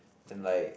and like